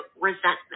resentment